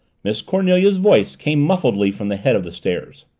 miss cornelia's voice came muffledly from the head of the stairs.